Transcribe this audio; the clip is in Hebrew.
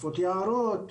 שריפות יערות,